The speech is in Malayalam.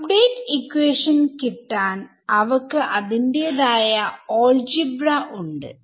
അപ്ഡേറ്റ് ഇക്വേഷൻ കിട്ടാൻ അവക്ക് അതിന്റെതായ ആൾജിബ്രാ ഉണ്ട്